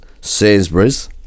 Sainsbury's